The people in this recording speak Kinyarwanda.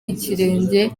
ikirenge